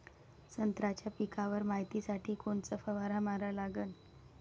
संत्र्याच्या पिकावर मायतीसाठी कोनचा फवारा मारा लागन?